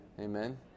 Amen